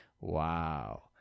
Wow